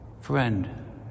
Friend